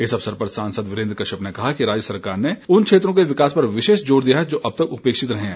इस अवसर पर सांसद वीरेन्द्र कश्यप ने कहा कि राज्य सरकार ने उन् क्षेत्रों के विकास पर विशेष जोर दिया है जो अब तक उपेक्षित रहे हैं